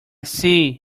see